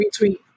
retweet